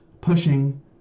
pushing